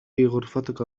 غرفتك